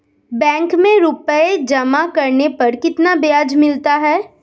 Bank में रुपये जमा करने पर कितना ब्याज मिलता है?